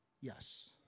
yes